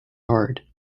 hard